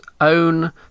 own